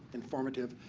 informative.